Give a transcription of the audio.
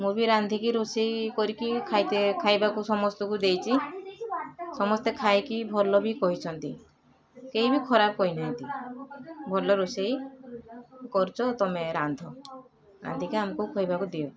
ମୁଁ ବି ରାନ୍ଧିକି ରୋଷେଇ କରିକି ଖାଇତେ ଖାଇବାକୁ ସମସ୍ତଙ୍କୁ ଦେଇଛି ସମସ୍ତେ ଖାଇକି ଭଲ ବି କହିଛନ୍ତି କେହି ବି ଖରାପ କହିନାହାଁନ୍ତି ଭଲ ରୋଷେଇ କରୁଛ ତମେ ରାନ୍ଧ ରାନ୍ଧିକି ଆମକୁ ଖୋଇବାକୁ ଦିଅ